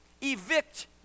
evict